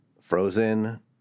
frozen